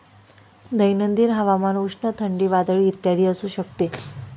दैनंदिन हवामान उष्ण, थंडी, वादळी इत्यादी असू शकते